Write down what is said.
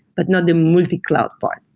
but not the multicloud part,